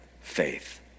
faith